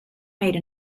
made